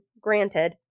granted